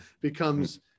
becomes